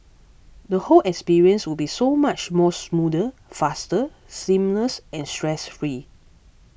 the whole experience would be so much more smoother faster seamless and stress free